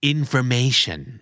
Information